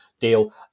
deal